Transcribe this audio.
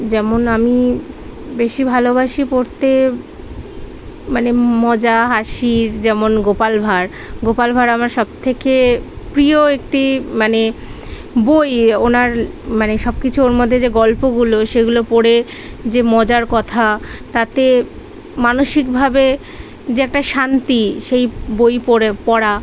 যেমন আমি বেশি ভালোবাসি পড়তে মানে মজা হাসির যেমন গোপাল ভাঁড় গোপাল ভাঁড় আমার সব থেকে প্রিয় একটি মানে বই ওনার মানে সব কিছু ওর মধ্যে যে গল্পগুলো সেগুলো পড়ে যে মজার কথা তাতে মানসিকভাবে যে একটা শান্তি সেই বই পড়ে পড়া